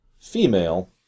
female